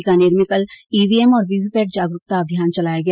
बीकानेर में कल ईवीएम और वीवीपैट जागरूकता अभियान चलाया गया